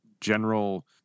general